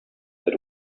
that